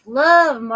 love